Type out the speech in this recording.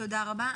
תודה רבה.